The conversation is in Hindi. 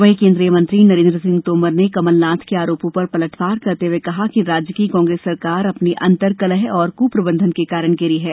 वहीं केन्द्रीय मंत्री नरेन्द्र सिंह तोमर ने कमलनाथ के आरोपों पर पलटवार करते हुए कहा कि राज्य की कांग्रेस सरकार अपनी अंतर्कलह और कुप्रबंधन के कारण गिरी है